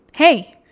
Hey